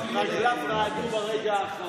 רגליו רעדו ברגע האחרון.